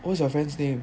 what's your friend's name